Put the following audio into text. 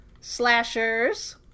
slashers